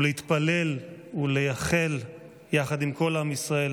ולהתפלל ולייחל יחד עם כל עם ישראל